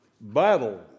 battle